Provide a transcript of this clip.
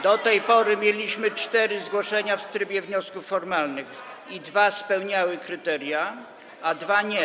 Do tej pory mieliśmy cztery zgłoszenia w trybie wniosków formalnych i dwa spełniały kryteria, a dwa nie.